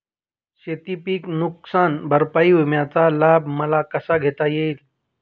शेतीपीक नुकसान भरपाई विम्याचा लाभ मला कसा घेता येईल?